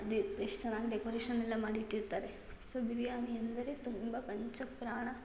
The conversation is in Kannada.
ಅದು ಎಷ್ಟು ಚೆನ್ನಾಗಿ ಡೆಕೋರೇಷನ್ ಎಲ್ಲ ಮಾಡಿಟ್ಟಿರ್ತಾರೆ ಸೊ ಬಿರ್ಯಾನಿ ಅಂದರೆ ತುಂಬ ಪಂಚಪ್ರಾಣ